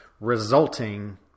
resulting